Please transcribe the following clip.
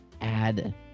add